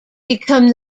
become